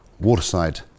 Waterside